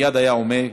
מיד היה עומד